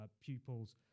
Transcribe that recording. pupils